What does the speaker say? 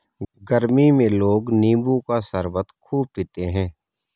गरमी में लोग नींबू का शरबत खूब पीते है